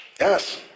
yes